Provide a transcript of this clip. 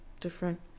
Different